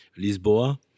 Lisboa